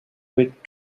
bit